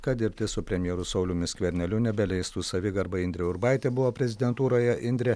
kad dirbti su premjeru sauliumi skverneliu nebeleistų savigarba indrė urbaitė buvo prezidentūroje indre